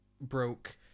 broke